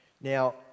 Now